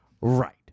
Right